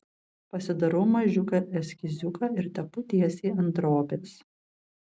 pasidarau mažiuką eskiziuką ir tepu tiesiai ant drobės